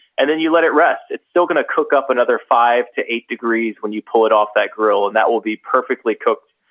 and then you let it rest. it's still gonna cook up another five to eight degrees when you pull it off that grill and that will be perfectly cooked.